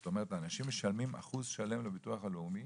זאת אומרת אנשים משלמים אחוז שלם בביטוח הלאומי